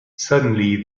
suddenly